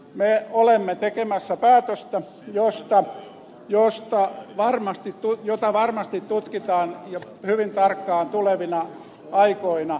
me olemme tekemässä päätöstä jota varmasti tutkitaan hyvin tarkkaan tulevina aikoina